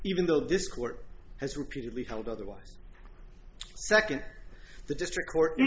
even though this court has repeatedly held otherwise second the district court you